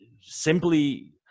simply